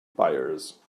buyers